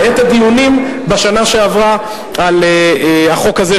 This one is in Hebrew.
בעת הדיונים בשנה שעברה על החוק הזה,